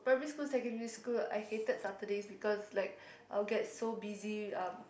primary school secondary school I hated Saturdays because like I will get so busy um